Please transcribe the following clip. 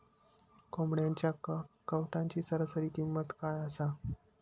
कोंबड्यांच्या कावटाची सरासरी किंमत काय असा?